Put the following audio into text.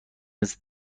لنز